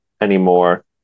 anymore